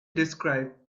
describe